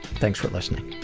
thanks for listening